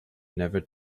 never